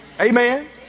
Amen